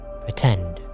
Pretend